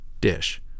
dish